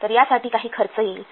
तर यासाठी काही खर्च येईल